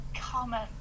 comment